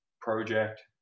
project